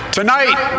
tonight